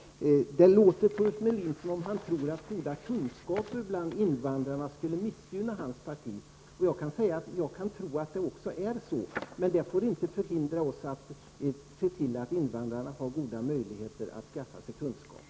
Det låter på Ulf Melin som att han tror att det skulle missgynna hans parti att sprida kunskaper bland invandrarna. Jag kan tro att det också förhåller sig så. Men det får inte hindra oss att se till att invandrarna får goda möjligheter att skaffa sig kunskaper.